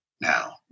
now